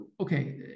okay